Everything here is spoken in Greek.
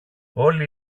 όλοι